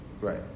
Right